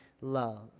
love